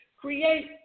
Create